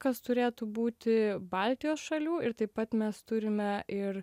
kas turėtų būti baltijos šalių ir taip pat mes turime ir